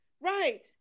right